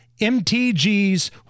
MTG's